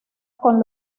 con